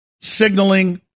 signaling